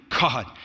God